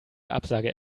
absage